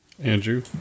Andrew